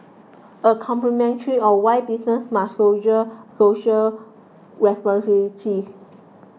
a commentary on why businesses must shoulder social responsibilities